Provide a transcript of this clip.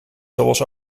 zoals